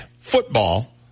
football